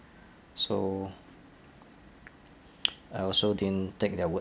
so I also didn't take their word